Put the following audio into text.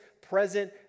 present